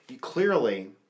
Clearly